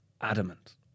adamant